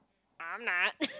I'm not